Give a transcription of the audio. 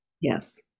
Yes